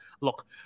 look